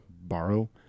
Borrow